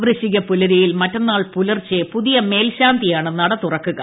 വൃശ്ചിക പുലരിയിൽ മറ്റന്നാൾ പുലർച്ചെ പുതിയ മേൽശാന്തിയാണ് നട തുറക്കുക